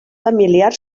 familiar